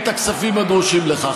אדוני היושב-ראש.